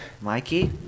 Mikey